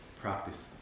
practice